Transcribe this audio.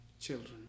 children